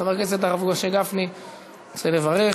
חבר הכנסת הרב משה גפני רוצה לברך.